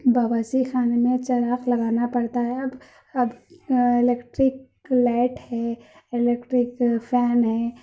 باورچی خانے میں چراغ لگانا پڑتا ہے اب اب الیکٹرک لائٹ ہے الیکٹرک فین ہے